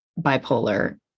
bipolar